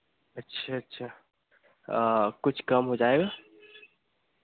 अच्छा अच्छा कुछ कम हो जाएगा